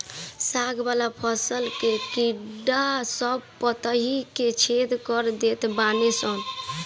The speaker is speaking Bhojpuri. साग वाला फसल के कीड़ा सब पतइ के छेद कर देत बाने सन